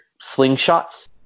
slingshots